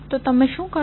તો તમે શું કરશો